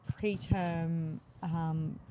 preterm